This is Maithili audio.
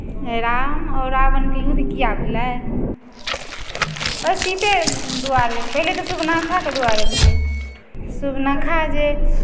राम आओर रावणके युद्ध किएक भेलय सीतेके दुआरे पहले तऽ सुर्पनखाके दुआरे भेलय सुर्पनखा जे